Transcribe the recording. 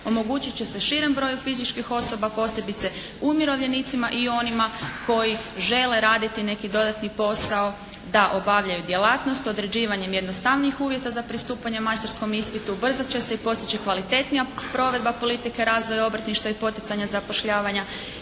omogućit će se širem broju fizičkih osoba, posebice umirovljenicima i onima koji žele raditi neki dodatni posao da obavljaju djelatnost određivanjem jednostavnijih uvjeta za pristupanje majstorskom ispitu ubrzat će se i postići kvalitetnija provedba politike razvoja obrtništva i poticanja zapošljavanja